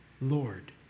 Lord